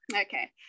Okay